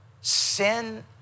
Sin